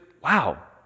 wow